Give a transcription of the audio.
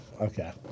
Okay